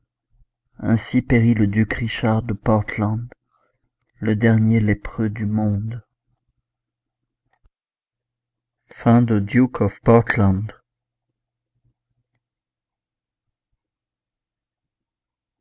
ainsi périt le duc richard de portland le dernier lépreux du monde